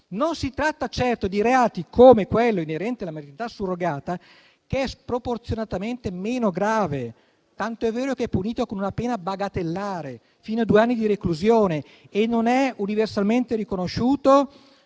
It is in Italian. Non si tratta certo di reati come quello inerente la maternità surrogata, che è sproporzionatamente meno grave, tanto è vero che è punito con una pena bagatellare fino a due anni di reclusione e non è universalmente riconosciuto,